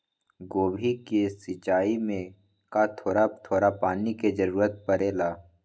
गोभी के सिचाई में का थोड़ा थोड़ा पानी के जरूरत परे ला?